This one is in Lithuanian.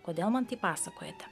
kodėl man tai pasakojate